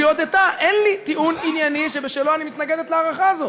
והיא הודתה: אין לי טיעון ענייני שבשלו אני מתנגדת להערכה הזאת,